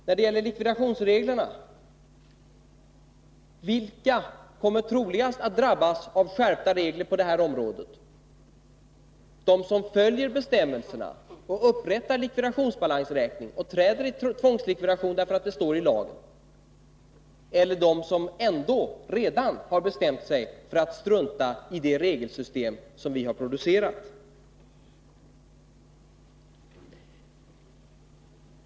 När det gäller likvidationsreglerna vill jag fråga: Vilka kommer troligast att drabbas av skärpta regler på det här området — de som följer bestämmelserna, upprättar likvidationsbalansräkning och träder i tvångslikvidation därför att det står i lagen eller de som redan har bestämt sig för att strunta i det regelsystem som vi har producerat?